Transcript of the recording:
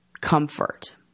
comfort